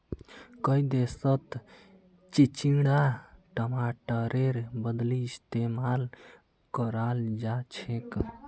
कई देशत चिचिण्डा टमाटरेर बदली इस्तेमाल कराल जाछेक